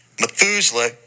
Methuselah